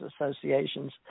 associations